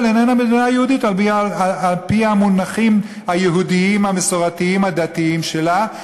איננה מדינה יהודית על-פי המונחים היהודיים המסורתיים הדתיים שלה,